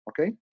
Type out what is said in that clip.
okay